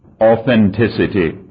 authenticity